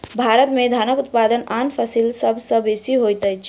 भारत में धानक उत्पादन आन फसिल सभ सॅ बेसी होइत अछि